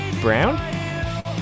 brown